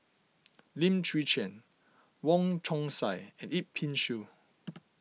Lim Chwee Chian Wong Chong Sai and Yip Pin Xiu